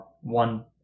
One